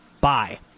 Bye